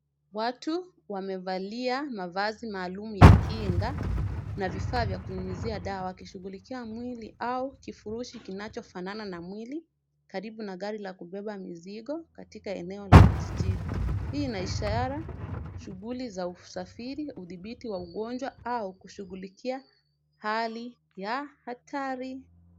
Watu wamevalia mavazi maalum ya kinga na vifaa vya kunyunyuzia dawa, wakishughulikia mwili au kifurushi kinachofanana na mwili karibu na gari la kubeba mizigo katika eneo la jijini. Hii ina ishara shughuli za usafiri, udhibiti wa mgonjwa, au kushughulikia hali ya hatari.